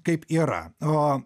kaip yra o